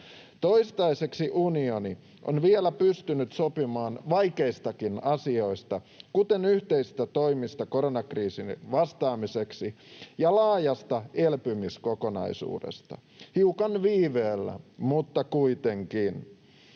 Toistaiseksi unioni on vielä pystynyt sopimaan vaikeistakin asioista, kuten yhteisistä toimista koronakriisiin vastaamiseksi ja laajasta elpymiskokonaisuudesta — hiukan viiveellä mutta kuitenkin.